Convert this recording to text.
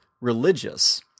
religious